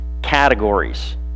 categories